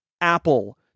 Apple